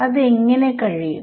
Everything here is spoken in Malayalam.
അതെങ്ങനെ കഴിയും